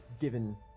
given